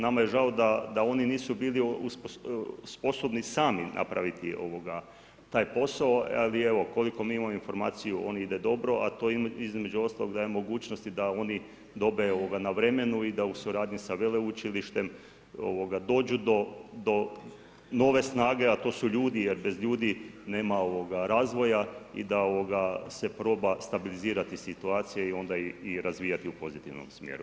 Nama je žao da oni nisu bili sposobni sami napraviti taj posao, ali evo, koliko mi imamo informaciju, on ide dobro, a to između ostalog daje mogućnosti da oni dobe na vremenu i da u suradnji sa veleučilištem dođu do nove snage, a to su ljudi jer bez ljudi nema razvoja i da ovoga se proba stabilizirati situacija i onda razvijati u pozitivnom smjeru.